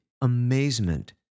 amazement